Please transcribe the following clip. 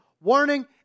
Warning